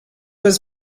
was